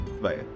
bye